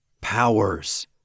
Powers